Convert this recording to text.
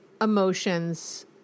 emotions